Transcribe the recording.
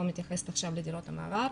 אני לא מתייחסת לדירות המעבר,